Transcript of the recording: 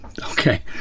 okay